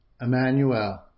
Emmanuel